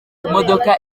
imodoka